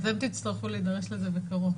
אתם תצטרכו להידרש לזה בקרוב.